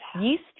yeast